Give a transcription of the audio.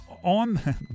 on